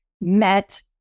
met